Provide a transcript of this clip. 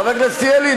חבר הכנסת ילין,